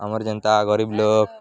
ଆମର୍ ଯେନ୍ତା ଗରିବ୍ ଲୋକ୍